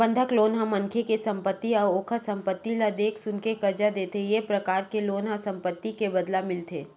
बंधक लोन ह मनखे के संपत्ति अउ ओखर संपत्ति ल देख सुनके करजा देथे ए परकार के लोन ह संपत्ति के बदला मिलथे